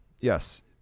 Yes